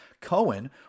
Cohen